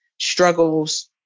struggles